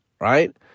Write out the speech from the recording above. right